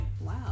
wow